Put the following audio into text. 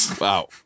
Wow